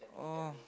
oh